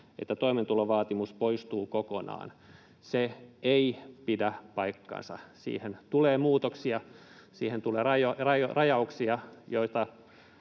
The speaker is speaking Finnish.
että toimeentulovaatimus poistuu kokonaan. Se ei pidä paikkaansa, siihen tulee muutoksia. Siihen tulee rajauksia, joita